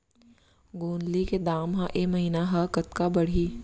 गोंदली के दाम ह ऐ महीना ह कतका बढ़ही?